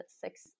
six